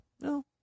No